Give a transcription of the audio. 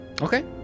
Okay